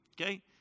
Okay